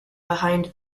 behind